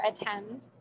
attend